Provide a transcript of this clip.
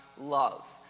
love